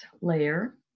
layer